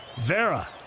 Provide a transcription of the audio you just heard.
Vera